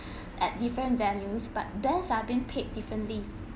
at different venues but bands are being paid differently